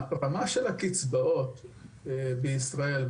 הרמה של הקצבאות בישראל,